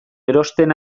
erosten